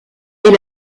est